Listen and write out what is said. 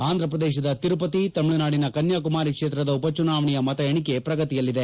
ಆಂಧಪ್ರದೇಶದ ತಿರುಪತಿ ತಮಿಳುನಾಡಿನ ಕನ್ನಾಕುಮಾರಿ ಕ್ಷೇತ್ರದ ಉಪಚುನಾವಣೆಯ ಮತ ಎಣಿಕೆ ಪ್ರಗತಿಯಲ್ಲಿದೆ